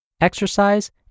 exercise